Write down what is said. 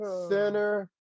Center